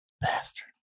bastard